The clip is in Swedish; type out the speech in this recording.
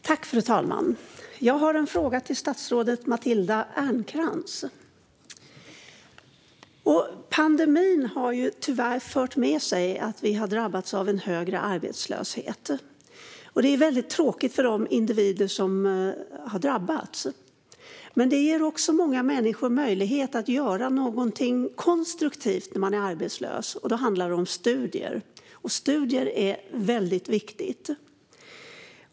Fru talman! Jag har en fråga till statsrådet Matilda Ernkrans. Pandemin har tyvärr fört med sig en högre arbetslöshet. Det är väldigt tråkigt för de individer som har drabbats. Men samtidigt får många människor möjlighet att när de är arbetslösa göra något konstruktivt, nämligen att ägna sig åt studier, som är något väldigt viktigt.